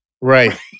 Right